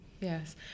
Yes